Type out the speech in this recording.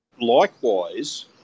Likewise